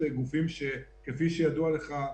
כפי שידוע לך,